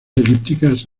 elípticas